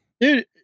Dude